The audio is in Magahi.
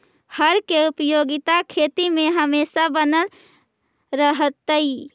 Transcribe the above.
हर के उपयोगिता खेती में हमेशा बनल रहतइ